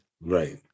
Right